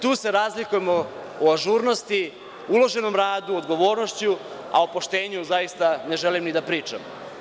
Tu se razlikujemo u ažurnosti, uloženom radu, odgovornošću, a o poštenju zaista ne želim da pričam.